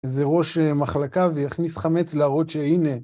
זה ראש מחלקה ויכניס חמץ להראות שהנה